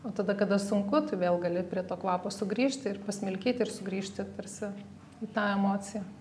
o tada kada sunku tai vėl gali prie to kvapo sugrįžti ir pasmilkyti ir sugrįžti tarsi į tą emociją